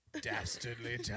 dastardly